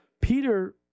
Peter